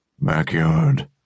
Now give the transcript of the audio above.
Backyard